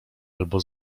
albo